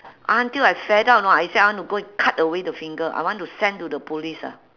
until I fed up know I say I want to go and cut away the finger I want to send to the police ah